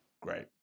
Great